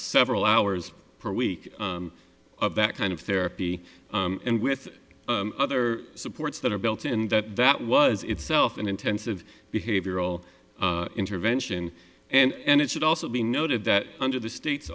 several hours per week of that kind of therapy and with other supports that are built in that that was itself an intensive behavioral intervention and it should also be noted that under the state